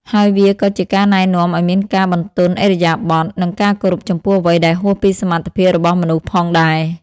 ហើយវាក៏ជាការណែនាំឱ្យមានការបន្ទន់ឥរិយាបថ និងការគោរពចំពោះអ្វីដែលហួសពីសមត្ថភាពរបស់មនុស្សផងដែរ។